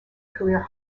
career